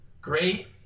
great